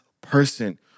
person